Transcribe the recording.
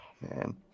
man